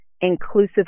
inclusive